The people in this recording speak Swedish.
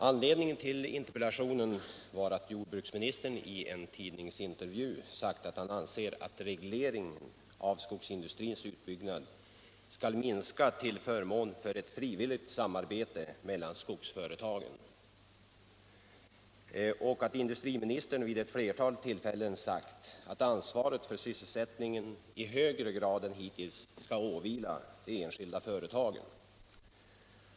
Anledningen till interpellationen är att jordbruksministern i en tidningsintervju sagt att han anser att regleringen av skogsindustrins utbyggnad skall minska till förmån för ett frivilligt samarbete mellan skogsföretagen och att industriministern vid ett flertal tillfällen sagt att ansvaret för sysselsättningen i högre grad än hittills skall åvila det enskilda företaget.